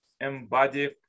embody